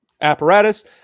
apparatus